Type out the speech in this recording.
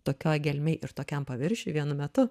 tokioj gelmėj ir tokiam paviršiuj vienu metu